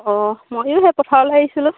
অঁ ময়ো সেই পথাৰলে আহিছিলোঁ